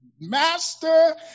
master